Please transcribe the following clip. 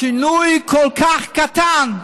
שינוי כל כך קטן.